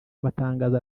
amatangazo